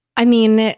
i mean,